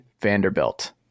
Vanderbilt